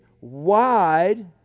wide